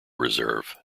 reserve